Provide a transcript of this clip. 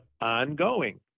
ongoing